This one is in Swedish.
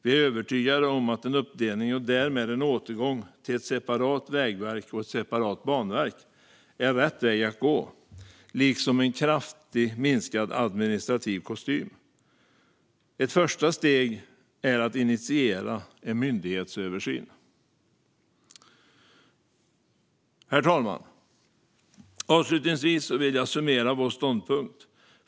Vi är övertygade om att en uppdelning och därmed en återgång till ett separat vägverk och ett separat banverk är rätt väg att gå - liksom en kraftigt minskad administrativ kostym. Ett första steg är att initiera en myndighetsöversyn. Herr talman! Avslutningsvis vill jag summera vår ståndpunkt.